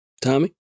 Tommy